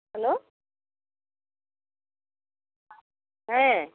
hello ᱦᱮᱸ